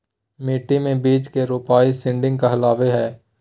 मिट्टी मे बीज के रोपाई सीडिंग कहलावय हय